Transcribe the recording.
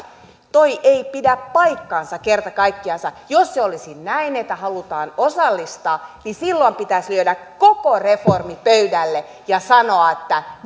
tuo ei pidä paikkaansa kerta kaikkiansa jos se olisi näin että halutaan osallistaa niin silloin pitäisi lyödä koko reformi pöydälle ja sanoa että